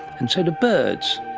and so do birds,